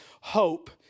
Hope